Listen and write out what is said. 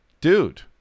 dude